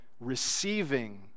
receiving